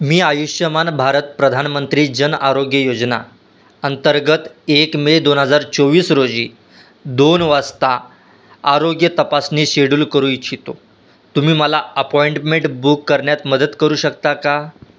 मी आयुष्यमान भारत प्रधानमंत्री जन आरोग्य योजना अंतर्गत एक मे दोन हजार चोवीस रोजी दोन वाजता आरोग्य तपासणी शेड्यूल करू इच्छितो तुम्ही मला अपॉइंटमेट बुक करण्यात मदत करू शकता का